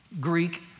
Greek